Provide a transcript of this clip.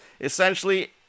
essentially